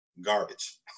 garbage